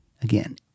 Again